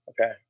Okay